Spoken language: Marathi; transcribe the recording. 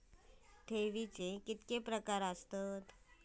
ठेवीचे कितके प्रकार आसत?